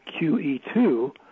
QE2